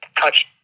touch